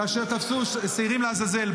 כאשר תפסו שעירים לעזאזל.